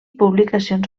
publicacions